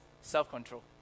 self-control